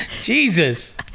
Jesus